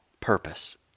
purpose